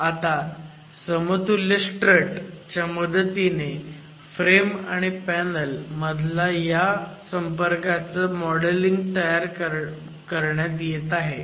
आता समतुल्य स्ट्रट च्या मदतीने फ्रेम आणि पॅनल मधला ह्या संपर्काचं मॉडेल करण्यात येत आहे